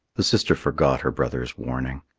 the sister forgot her brother's warning.